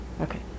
Okay